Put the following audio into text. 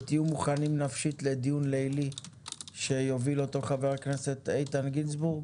תהיו מוכנים נפשית לדיון לילי שיוביל אותו חבר הכנסת איתן גינזבורג.